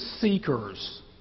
seekers